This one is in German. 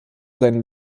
seinen